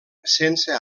sense